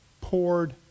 poured